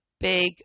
big